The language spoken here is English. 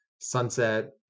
sunset